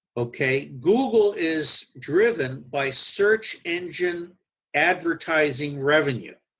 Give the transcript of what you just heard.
okay. google is driven by search engine advertising revenue